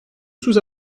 sous